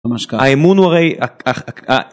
ממש ככה. האמון הוא הרי